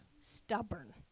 Stubborn